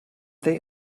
they